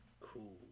Cool